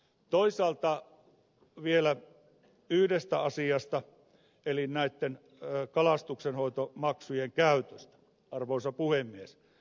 toisaalta vielä yhdestä asiasta eli näitten kalastuksenhoitomaksujen käytöstä arvoisa puhemies